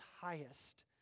highest